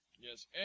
Yes